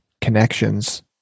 connections